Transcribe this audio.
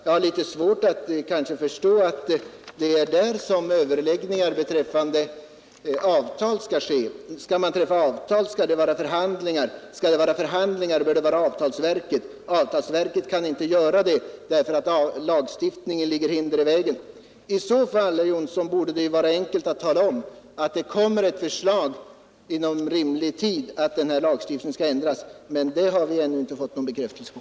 Jag har litet svårt att förstå att det är där som förhandlingar beträffande avtal skall föras. Skall man träffa ett avtal skall det föregås av förhandlingar, skall det föras förhandlingar skall avtalsverket vara med. Avtalsverket kan dock inte föra förhandlingar därför att lagstiftningen lägger hinder i vägen. Det borde vara enkelt att tala om i fall det inom rimlig tid kommer ett förslag till lagändring. Något sådant har vi inte nu fått bekräftelse på.